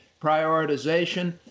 prioritization